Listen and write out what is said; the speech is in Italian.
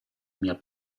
mia